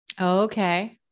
Okay